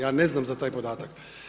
Ja ne znam za taj podatak.